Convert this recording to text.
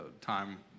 time